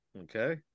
Okay